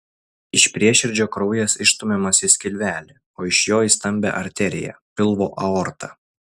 iš prieširdžio kraujas išstumiamas į skilvelį o iš jo į stambią arteriją pilvo aortą